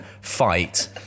fight